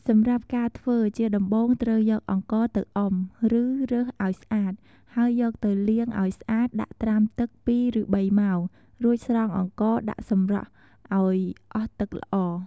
សម្រាប់ការធ្វើ ជាដំបូង ត្រូវយក អង្ករទៅអុំ ឬរើសឱ្យស្អាត ហើយយកទៅលាងឱ្យស្អាតដាក់ត្រាំទឹក ពីរឬបីម៉ោង រួចស្រង់អង្ករដាក់សម្រស់ឱ្យអស់ទឹកល្អ។